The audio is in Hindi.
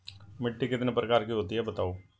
मिट्टी कितने प्रकार की होती हैं बताओ?